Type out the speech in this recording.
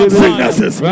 sicknesses